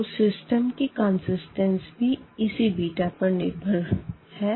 तो सिस्टम की कंसिस्टेंसी भी इसी बीटा पर निर्भर है